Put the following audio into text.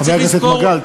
חבר הכנסת מגל,